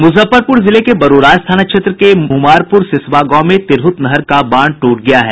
मुजफ्फरपुर जिले के बरूराज थाना क्षेत्र के मुमारपुर सिसवा गांव में तिरहुत नहर का बांध टूट गया है